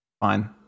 fine